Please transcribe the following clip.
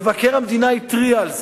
מבקר המדינה התריע על זה.